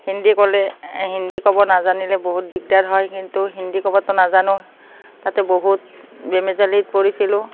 হিন্দী ক'লে হিন্দী ক'ব নাজানিলে বহুত দিগদাৰ হয় কিন্তু হিন্দী ক'বটো নাজানো তাতে বহুত বেমেজালিত পৰিছিলোঁ